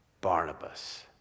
Barnabas